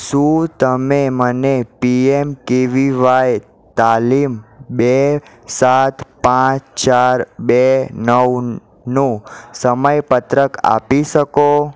શું તમે મને P M K V Y તાલીમ બે સાત પાંચ ચાર બે નવનું સમયપત્રક આપી શકો